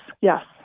yes